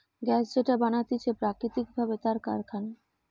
gas যেটা বানাতিছে প্রাকৃতিক ভাবে তার কারখানা